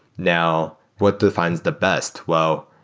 now, what defines the best? well,